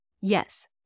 Yes